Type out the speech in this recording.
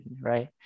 right